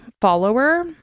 follower